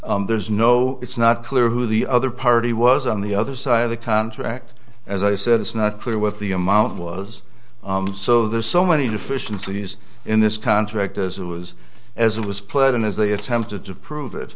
i there's no it's not clear who the other party was on the other side of the contract as i said it's not clear what the amount was so there's so many deficiencies in this contract as it was as it was played in as they attempted to prove it that